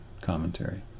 commentary